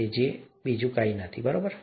બીજું કંઈ નહીં ઠીક છે